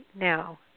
now